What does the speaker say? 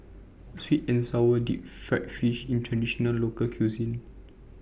Sweet and Sour Deep Fried Fish IS A Traditional Local Cuisine